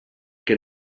què